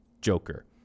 Joker